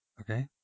Okay